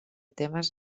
temes